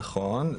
נכון.